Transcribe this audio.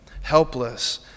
helpless